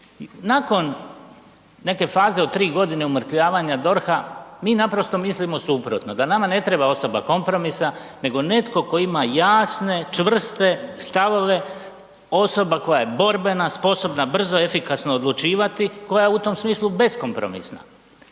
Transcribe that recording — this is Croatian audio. Nakon neke faze od 3 godine umrtvljavanja DORH-a, mi naprosto mislimo suprotno, da nama ne treba osoba kompromisa nego netko tko ima jasne, čvrste stavove, osoba koja je borbena, sposobna brzo, efikasno odlučivati, koja u tom smislu beskompromisna.